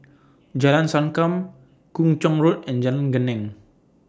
Jalan Sankam Kung Chong Road and Jalan Geneng